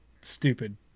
stupid